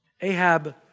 Ahab